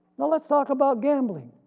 now let's talk about gambling.